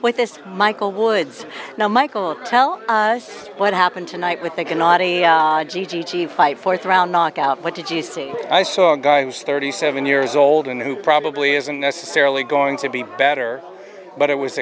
with this michael woods now michael tell us what happened tonight with thinking not a g g g fight th round knockout what did you see i saw a guy who's thirty seven years old and who probably isn't necessarily going to be better but it was